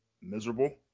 miserable